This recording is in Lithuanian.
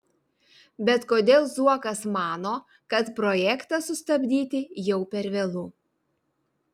bet kodėl zuokas mano kad projektą sustabdyti jau per vėlu